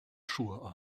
schuhe